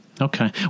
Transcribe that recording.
Okay